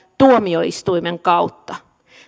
tuomioistuimen kautta